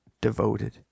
devoted